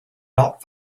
not